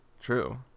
True